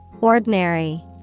Ordinary